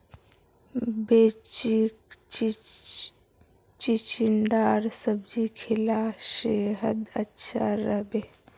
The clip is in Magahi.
बच्चीक चिचिण्डार सब्जी खिला सेहद अच्छा रह बे